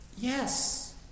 yes